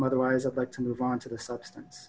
otherwise i'd like to move on to the substance